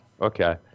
Okay